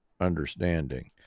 understanding